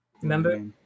Remember